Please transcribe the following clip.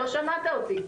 לא שמעת אותי.